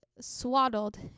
swaddled